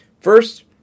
First